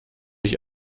ich